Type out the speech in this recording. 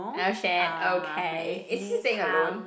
oh shit okay is he staying alone